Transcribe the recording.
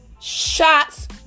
Shots